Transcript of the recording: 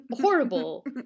horrible